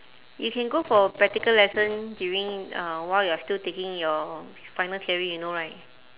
you can go for practical lesson during uh while you are still taking your final theory you know right